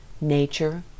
nature